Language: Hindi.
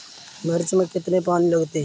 मिर्च में कितने पानी लगते हैं?